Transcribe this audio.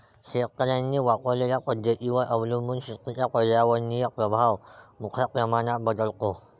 शेतकऱ्यांनी वापरलेल्या पद्धतींवर अवलंबून शेतीचा पर्यावरणीय प्रभाव मोठ्या प्रमाणात बदलतो